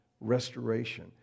restoration